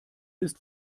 ist